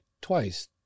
twice